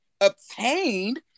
obtained